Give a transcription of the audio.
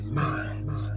minds